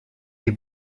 des